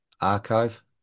archive